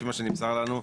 לפי מה שנמסר לנו,